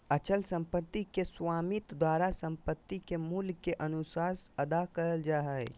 अचल संपत्ति के स्वामी द्वारा संपत्ति के मूल्य के अनुसार अदा कइल जा हइ